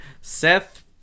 seth